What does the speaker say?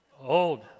Old